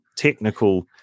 technical